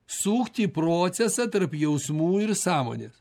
sukti procesą tarp jausmų ir sąmonės